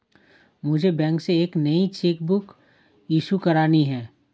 मुझे बैंक से एक नई चेक बुक इशू करानी है